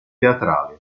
teatrali